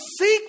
seek